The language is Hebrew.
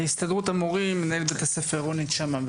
הסתדרות המורים, מנהלת בית הספר רונית שמא.